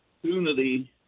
opportunity